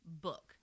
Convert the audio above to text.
book